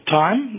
time